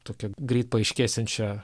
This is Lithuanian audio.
tokią greit paaiškėsiančią